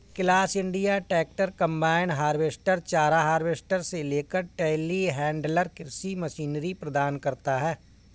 class India tractor, combine harvester, चारा harvester से लेकर टेलीहैंडलर कृषि मशीनरी प्रदान करता है